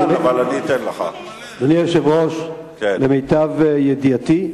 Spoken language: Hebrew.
אדוני היושב-ראש, למיטב ידיעתי,